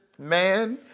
man